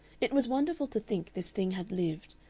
it was wonderful to think this thing had lived,